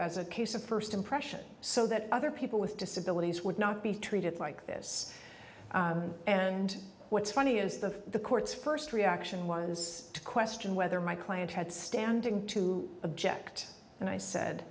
as a case of first impression so that other people with disabilities would not be treated like this and what's funny is the court's first reaction was to question whether my client had standing to object and i said